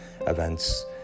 events